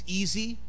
easy